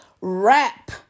rap